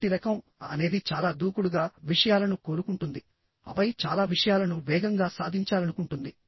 కాబట్టి రకం A అనేది చాలా దూకుడుగా విషయాలను కోరుకుంటుంది ఆపై చాలా విషయాలను వేగంగా సాధించాలనుకుంటుంది